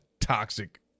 toxic